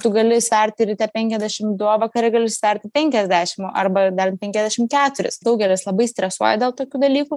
tu gali sverti ryte penkiasdešim du o vakare gali sverti penkiasdešim arba dar penkiasdešim keturis daugelis labai stresuoja dėl tokių dalykų